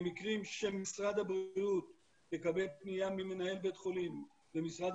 במקרים שמשרד הבריאות מקבל פנייה ממנהל בית חולים ומשרד